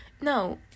No